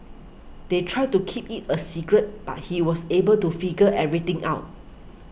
they tried to keep it a secret but he was able to figure everything out